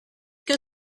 que